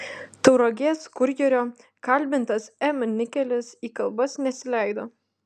tauragės kurjerio kalbintas m nikelis į kalbas nesileido